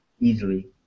easily